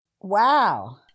Wow